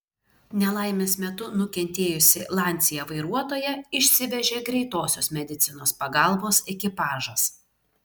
nelaimės metu nukentėjusį lancia vairuotoją išsivežė greitosios medicinos pagalbos ekipažas